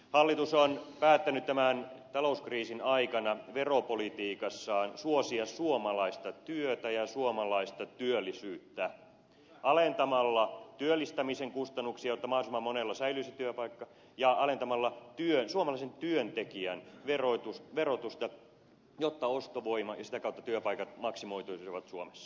hallitus on päättänyt tämän talouskriisin aikana veropolitiikassaan suosia suomalaista työtä ja suomalaista työllisyyttä alentamalla työllistämisen kustannuksia jotta mahdollisimman monella säilyisi työpaikka ja alentamalla suomalaisen työntekijän verotusta jotta ostovoima ja sitä kautta työpaikat maksimoituisivat suomessa